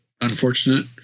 unfortunate